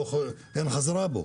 ואין חזרה בו.